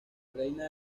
reina